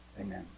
Amen